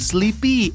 Sleepy